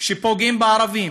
שפוגעים בערבים,